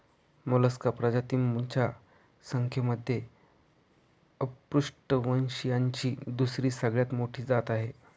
Mollusca प्रजातींच्या संख्येमध्ये अपृष्ठवंशीयांची दुसरी सगळ्यात मोठी जात आहे